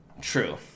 true